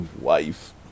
wife